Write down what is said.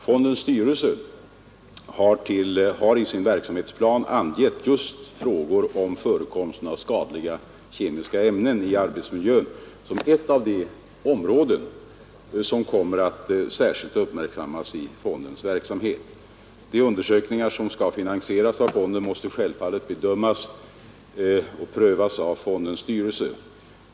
Fondens styrelse har i sin verksamhetsplan angett just frågor om förekomsten av skadliga kemiska ämnen i arbetsmiljön som ett av de områden som kommer att särskilt uppmärksammas i fondens verksamhet. De undersökningar som skall finansieras av fonden måste självfallet bedömas och prövas av fondens styrelse.